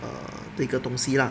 err 的一个东西 lah